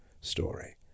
story